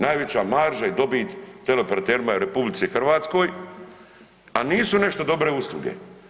Najveća marža i dobit teleoperaterima je u RH, a nisu nešto dobre usluge.